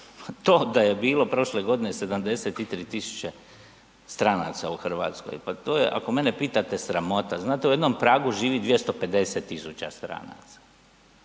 to da je bilo prošle godine 73.000 stranca u Hrvatskoj, pa to je ako mene pitate sramota. Znate u jednom Pragu živi 250.000 stranca,